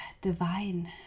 Divine